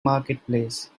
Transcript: marketplace